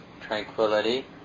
tranquility